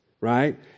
right